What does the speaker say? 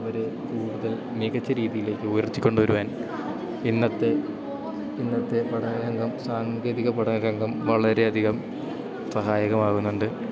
അവർ കൂടുതൽ മികച്ച രീതിയിലേക്ക് ഉയർത്തി കൊണ്ടു വരുവാൻ ഇന്നത്തെ ഇന്നത്തെ പഠനരംഗം സാങ്കേതിക പഠനരംഗം വളരെയധികം സഹായകമാകുന്നുണ്ട്